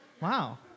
Wow